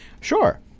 Sure